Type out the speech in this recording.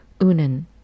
Unen